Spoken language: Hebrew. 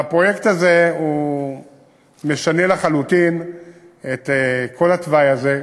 הפרויקט הזה משנה לחלוטין את כל התוואי הזה,